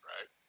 Right